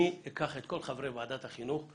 אני אקח את כל חברי ועדת החינוך,